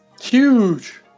Huge